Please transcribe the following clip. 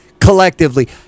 collectively